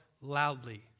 loudly